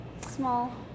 small